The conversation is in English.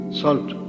salt